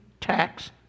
tax